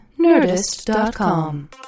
Nerdist.com